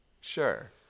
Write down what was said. Sure